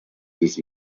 this